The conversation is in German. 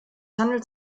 handelte